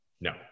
No